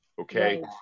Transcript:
Okay